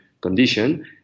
condition